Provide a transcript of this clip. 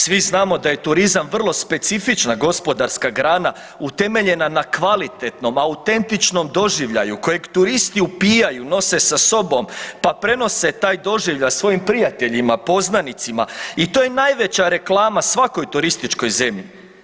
Svi znamo da je turizam vrlo specifična gospodarska grana utemeljena na kvalitetnom, autentičnom doživljaju kojeg turisti upijaju, nose sa sobom pa prenose taj doživljaj svojim prijatelji, poznanicima, i to je najveća reklama svakoj turističkoj zemlji.